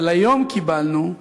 אבל היום קיבלנו,